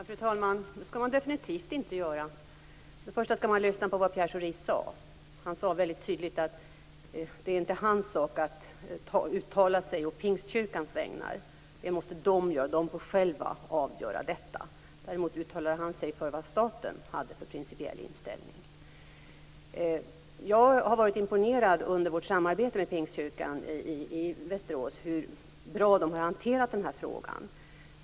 Fru talman! Det skall man definitivt inte göra. Till att börja med skall man lyssna på vad Pierre Schori sade. Han sade väldigt tydligt att det inte är hans sak att uttala sig å Pingstkyrkans vägnar. Det måste Pingstkyrkan göra. Man får själv avgöra detta. Däremot uttalade han sig om vad staten har för principiell inställning. Jag har varit imponerad under vårt samarbete med Pingstkyrkan i Västerås över hur bra man har hanterat den här frågan.